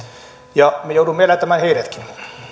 ja me joudumme elättämään heidätkin